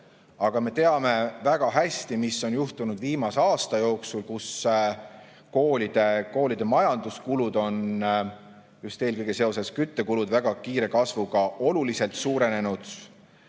Aga me teame väga hästi, mis on juhtunud viimase aasta jooksul, kui koolide majanduskulud, just eelkõige seoses küttekulude väga kiire kasvuga, on oluliselt suurenenud.